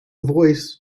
voice